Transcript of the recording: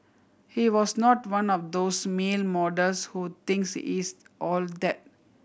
he was not one of those male models who thinks he's all that